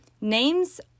Names